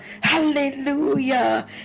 Hallelujah